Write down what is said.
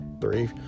three